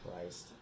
Christ